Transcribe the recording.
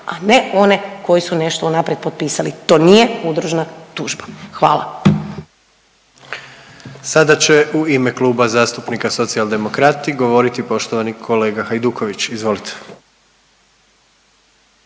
a ne one koji su nešto unaprijed potpisali, to nije udružna tužba. Hvala. **Jandroković, Gordan (HDZ)** Sada će u ime Kluba zastupnika Socijaldemokrati govoriti poštovani kolega Hajduković, izvolite.